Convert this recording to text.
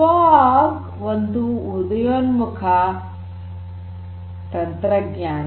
fog ಒಂದು ಉದಯೋನ್ಮುಖ ತಂತ್ರಜ್ಞಾನ